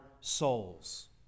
souls